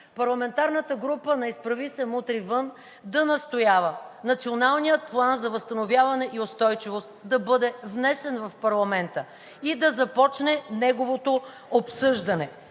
парламентарната група на „Изправи се! Мутри вън!“ да настоява Националният план за възстановяване и устойчивост да бъде внесен в парламента и да започне неговото обсъждане,